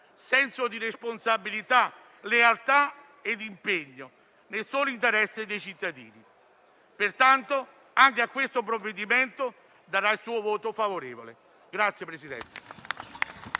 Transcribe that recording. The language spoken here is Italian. senso di responsabilità, lealtà e impegno, nel solo interesse dei cittadini. Pertanto, anche a questo provvedimento darà il suo voto favorevole.